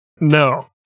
No